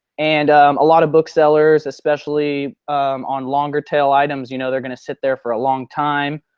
and a lot of booksellers especially on longer tail items you know they're going to sit there for a long time.